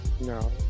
No